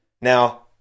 Now